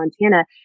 montana